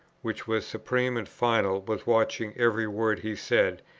which was supreme and final, was watching every word he said,